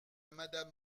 madame